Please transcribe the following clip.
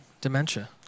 Dementia